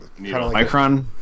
micron